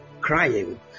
crying